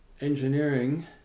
engineering